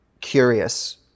curious